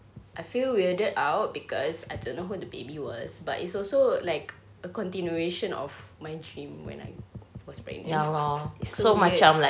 I feel weirded out because I don't know when the baby was but it's also like a continuation of my dream when I was pregnant it's so weird